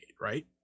right